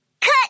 Cut